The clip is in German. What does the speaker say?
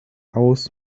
aus